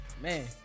Man